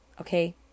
Okay